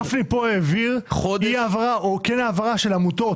גפני העביר כאן העברה לעמותות,